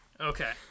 okay